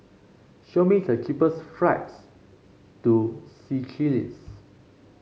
show me the cheapest flights to Seychelles